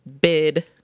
bid